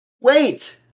Wait